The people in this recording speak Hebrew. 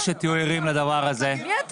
מי אתה?